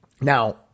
Now